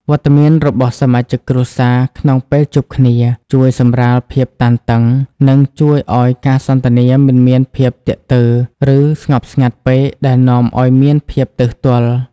វត្តមានរបស់សមាជិកគ្រួសារក្នុងពេលជួបគ្នា ជួយសម្រាលភាពតានតឹង និងជួយឱ្យការសន្ទនាមិនមានភាពទាក់ទើរ ឬស្ងប់ស្ងាត់ពេកដែលនាំឱ្យមានភាពទើសទាល់។